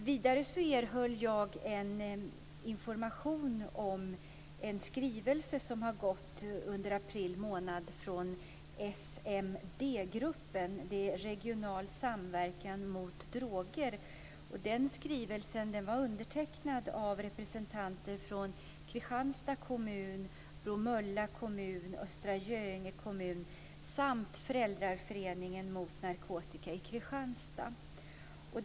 Vidare erhöll jag information om en skrivelse som under april månad gick ut från SMD-gruppen, Regional samverkan mot droger. Skrivelsen var undertecknad av representanter från Kristianstads kommun, Föräldraföreningen mot narkotika i Kristianstad.